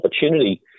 opportunity